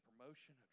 promotion